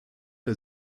der